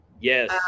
yes